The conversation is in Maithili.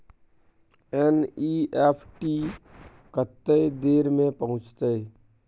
एन.ई.एफ.टी कत्ते देर में पहुंचतै?